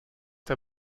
der